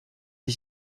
les